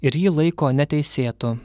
ir jį laiko neteisėtu